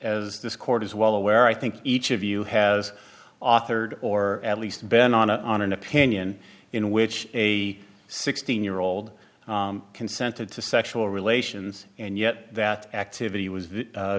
as this court is well aware i think each of you has authored or at least been on a on an opinion in which a sixteen year old consented to sexual relations and yet that activity was